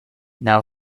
now